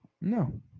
No